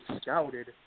scouted